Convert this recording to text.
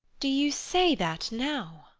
do you say that now?